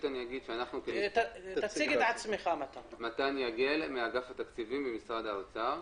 שמי מתן יגל ממשרד התקציבים במשרד האוצר.